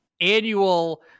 annual